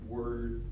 Word